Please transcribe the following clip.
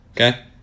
Okay